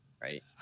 right